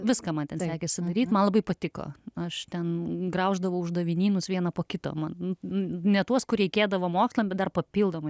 viską man ten sekėsi daryt man labai patiko aš ten grauždavau uždavinynus vieną po kito man ne tuos kur reikėdavo mokslam bet dar papildomai